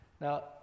Now